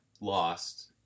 lost